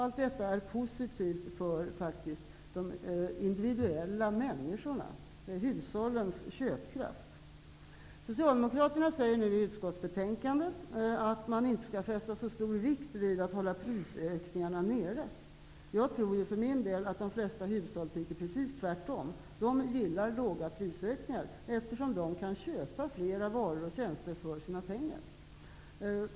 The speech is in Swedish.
Allt detta är positivt för de individuella människorna, för hushållens köpkraft. Socialdemokraterna säger i utskottsbetänkandet att man inte skall fästa så stor vikt vid att hålla prisökningarna nere. Jag tror för min del att de flesta hushållen tycker precis tvärtom -- de gillar låga prisökningar, eftersom det innebär att de kan köpa fler varor och tjänster för sina pengar.